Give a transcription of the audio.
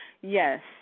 yes